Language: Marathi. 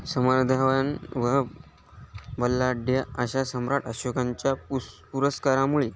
समरधवन व बलाढ्य अशा सम्राट अशोकांच्या पुस पुरस्कारामुळे